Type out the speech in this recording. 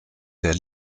der